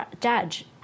judge